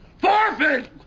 forfeit